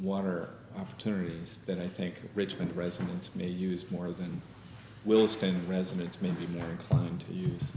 water opportunities that i think richmond residents may use more than we'll spend residents may be more inclined to use